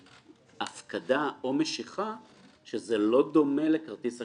שהפקדה או משיכה שזה לא דומה לכרטיס אשראי.